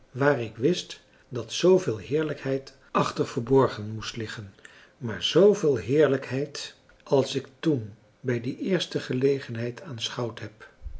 waar ik wist dat zooveel heerlijkheid achter verborgen moest liggen maar zooveel heerlijkheid als ik toen bij die eerste gelegenheid aanschouwd heb